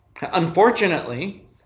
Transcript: Unfortunately